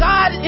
God